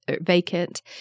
vacant